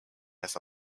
has